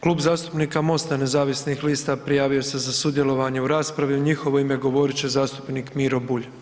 Klub zastupnika Mosta nezavisnih lista prijavio se za sudjelovanje u raspravi, u njihovo ime govorit će zastupnik Miro Bulj.